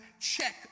check